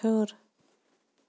ہٲر